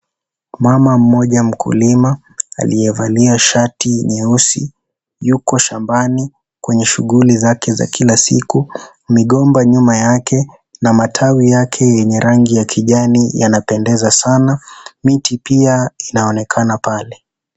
Mama moja mkulima aliyevalia shati nyeusi yuko shambani kwenye shughuli zake za kila siku, migomba nyumba yake na majani yake yenye rangi ya kijani yanapendeza sana, miti pia inaonekana pale.